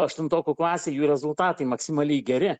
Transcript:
aštuntokų klasę jų rezultatai maksimaliai geri